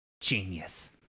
Genius